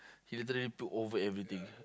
he literally took over everything